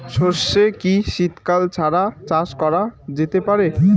সর্ষে কি শীত কাল ছাড়া চাষ করা যেতে পারে?